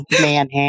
man